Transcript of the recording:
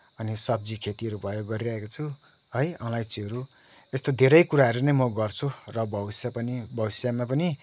अनि सब्जी खेतीहरू भयो गरिरहेको छु है अलैँचीहरू यस्तो धेरै कुराहरू नै म गर्छु र भविष्य पनि भविष्यमा पनि